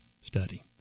study